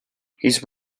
his